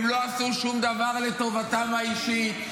הם לא עשו שום דבר לטובתם האישית.